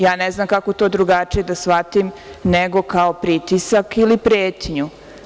Ja ne znam kako to drugačije da shvatim, nego kao pritisak ili pretnju.